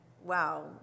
Wow